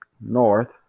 North